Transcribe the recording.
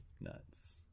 nuts